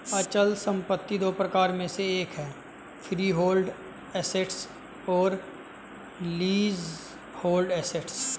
अचल संपत्ति दो प्रकारों में से एक है फ्रीहोल्ड एसेट्स और लीजहोल्ड एसेट्स